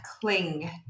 cling